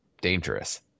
dangerous